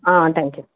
thank you